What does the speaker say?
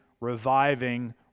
reviving